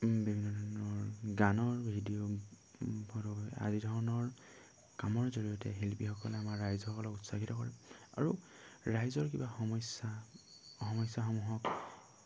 বিভিন্ন ধৰণৰ গানৰ ভিডিঅ' আদি ধৰণৰ কামৰ জৰিয়তে শিল্পীসকলে আমাৰ ৰাইজসকলক উৎসাহিত কৰে আৰু ৰাইজৰ কিবা সমস্যা সমস্যাসমূহক